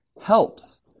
helps